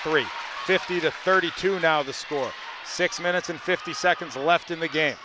three fifty to thirty two now the score six minutes and fifty seconds left in the game